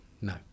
No